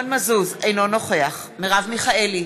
אינו נוכח מרב מיכאלי,